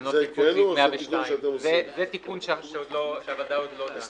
שעניינו תיקון סעיף 102. זה תיקון שהוועדה עוד לא דנה בו.